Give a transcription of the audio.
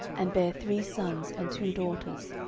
and bare three sons and two daughters.